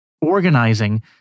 organizing